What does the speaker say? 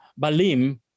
Balim